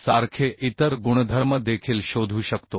सारखे इतर गुणधर्म देखील शोधू शकतो